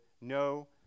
No